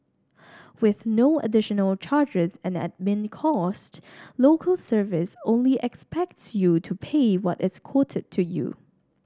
with no additional charges and admin costs Local Service only expects you to pay what is quoted to you